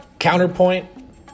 Counterpoint